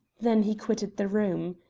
then he quitted the room.